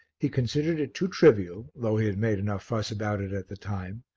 he considered it too trivial, though he had made enough fuss about it at the time,